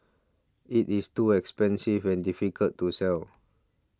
it is too expensive and difficult to sell